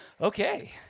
Okay